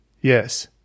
Yes